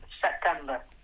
September